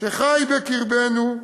שחי בקרבנו,